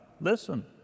listen